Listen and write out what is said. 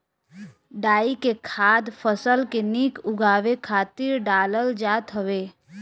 डाई के खाद फसल के निक उगावे खातिर डालल जात हवे